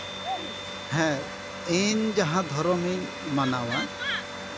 ᱦᱮᱸ ᱤᱧ ᱡᱟᱦᱟᱸ ᱫᱷᱚᱨᱚᱢᱤᱧ ᱢᱟᱱᱟᱣᱟ